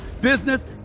business